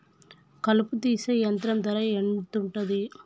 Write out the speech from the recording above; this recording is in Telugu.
కలుపు తీసే యంత్రం ధర ఎంతుటది?